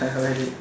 I wear it